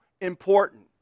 important